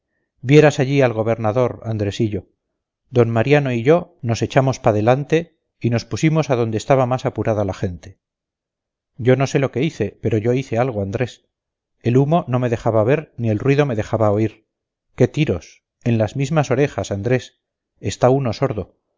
vieras allí al gobernador andresillo d mariano y yo nos echamos pa delante y nos pusimos a donde estaba más apurada la gente yo no sé lo que hice pero yo hice algo andrés el humo no me dejaba ver ni el ruido me dejaba oír qué tiros en las mismas orejas andrés está uno sordo